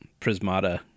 Prismata